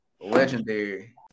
legendary